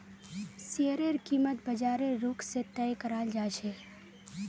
शेयरेर कीमत बाजारेर रुख से तय कराल जा छे